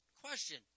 Question